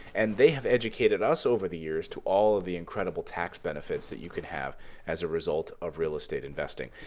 and they have educated us over the years to all of the incredible tax benefits that you can have as a result of real estate investing.